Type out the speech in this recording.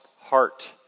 heart